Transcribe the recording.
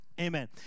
Amen